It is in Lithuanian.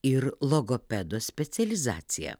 ir logopedo specializaciją